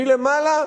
מלמעלה